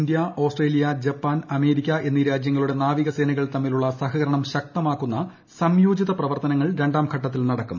India Australia Japan America എന്നീ രാജൃങ്ങളുടെ നാവികസേനകൾ തമ്മിലുള്ള സഹകരണം ശക്തമാകുന്ന് സംയോജിത പ്രവർത്തനങ്ങൾ രണ്ടാം ഘട്ടത്തിൽ നടക്കും